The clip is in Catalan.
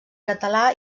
català